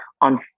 on